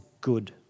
good